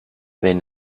wenn